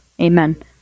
Amen